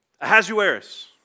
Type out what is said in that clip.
Ahasuerus